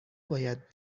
باید